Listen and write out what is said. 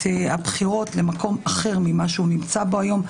הבחירות למקום אחר ממה שהוא נמצא בו היום,